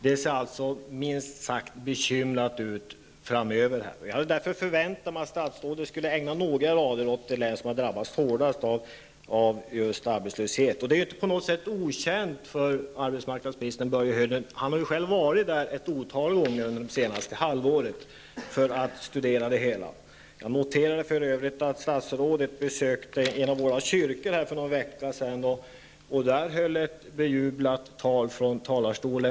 Det ser alltså minst sagt bekymmersamt ut framöver, och jag hade därför förväntat mig att statsrådet skulle ägna några rader åt det län som har drabbats hårdast av just arbetslösheten. Arbetsmarknadsminister Börje Hörnlund känner till det här. Han har själv varit där ett otal gånger under det senaste halvåret för att studera det hela. Jag noterar för övrigt att han besökte en av våra kyrkor för någon vecka sedan och där höll ett bejublat tal.